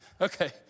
Okay